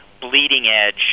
bleeding-edge